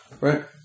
right